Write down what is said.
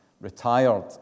retired